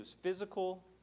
physical